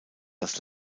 das